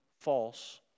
false